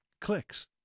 clicks